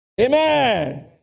amen